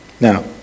Now